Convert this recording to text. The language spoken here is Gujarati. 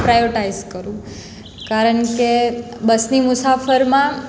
પ્રાયોટાઈસ કરું કારણ કે બસની મુસાફરીમાં